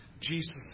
Jesus